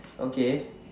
okay